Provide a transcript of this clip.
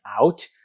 out